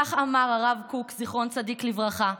כך אמר הרב קוק, זיכרון צדיק לברכה,